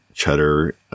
cheddar